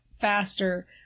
faster